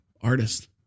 artist